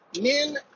men